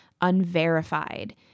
unverified